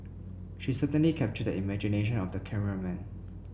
she certainly captured the imagination of the cameraman